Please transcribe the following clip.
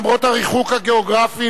למרות הריחוק הגיאוגרפי,